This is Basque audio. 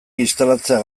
instalatzea